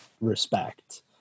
respect